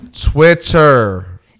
Twitter